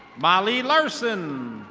molly larson.